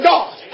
God